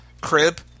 crib